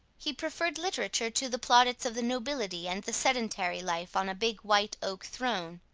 he preferred literature to the plaudits of the nobility and the sedentary life on a big white-oak throne.